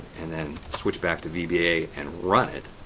and then switch back to vba and run it,